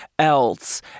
else